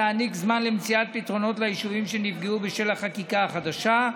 להעניק זמן למציאת פתרונות ליישובים שנפגעו בשל החקיקה החדשה,